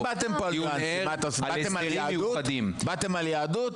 --- אתם באתם פה על ניואנסים, באתם על יהדות?